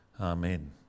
Amen